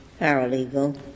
paralegal